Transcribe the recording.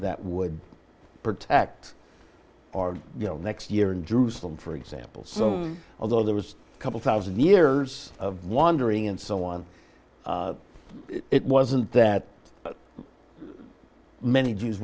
that would protect or you know next year in jerusalem for example some although there was a couple thousand years of wandering and so on it wasn't that many jews